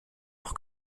pour